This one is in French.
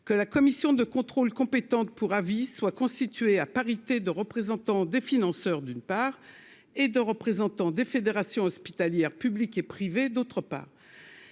que la commission de contrôle compétente pour avis soit constituée à parité de représentants des financeurs, d'une part et de représentants des fédérations hospitalières publiques et privées, d'autre part,